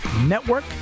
Network